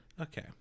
Okay